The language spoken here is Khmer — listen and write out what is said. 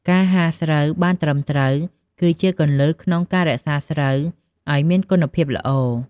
ការហាលស្រូវបានត្រឹមត្រូវ គឺជាគន្លឹះក្នុងការរក្សាស្រូវឲ្យមានគុណភាពល្អ។